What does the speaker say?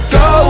go